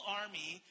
army